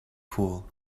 pool